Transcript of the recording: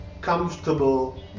comfortable